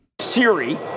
Siri